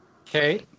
Okay